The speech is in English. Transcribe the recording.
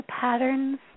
patterns